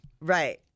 Right